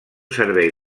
servei